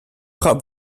gaat